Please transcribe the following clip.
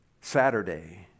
saturday